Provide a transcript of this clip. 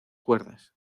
cuerdas